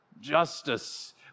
justice